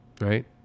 right